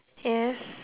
yes